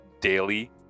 Daily